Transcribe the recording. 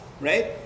right